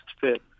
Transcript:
fit